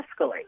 escalate